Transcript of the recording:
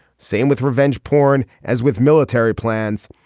same with revenge porn as with military plans.